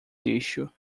lixo